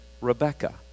Rebecca